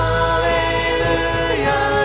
Hallelujah